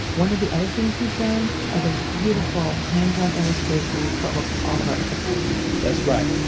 one of the other things he's done are those beautiful hand-drawn illustrations for almost all of our episodes that's right.